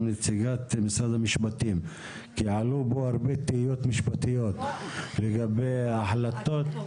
עלו פה הרבה תהיות משפטיות לגבי החלטות,